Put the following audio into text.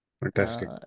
Fantastic